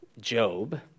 Job